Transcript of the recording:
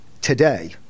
today